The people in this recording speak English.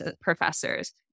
professors